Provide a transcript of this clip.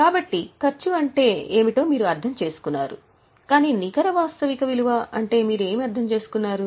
కాబట్టి ఖర్చు అంటే ఏమిటో మీరు అర్థం చేసుకున్నారు కాని నికర వాస్తవిక విలువ అంటే మీరు ఏమి అర్థం చేసుకున్నారు